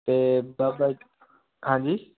ਅਤੇ ਬਾਬਾ ਹਾਂਜੀ